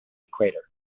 equator